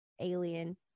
alien